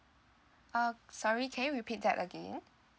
uh sorry can you repeat that again